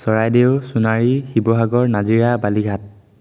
Charaideo Sonari Sivasagar Nazira Balighat